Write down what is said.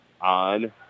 on